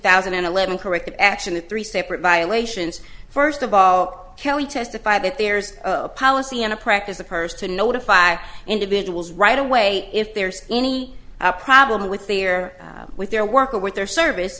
thousand and eleven corrective action the three separate violations first of all kelly testified that there's a policy and a practice of hers to notify individuals right away if there's any problem with their with their work or with their service